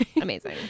Amazing